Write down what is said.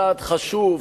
צעד חשוב,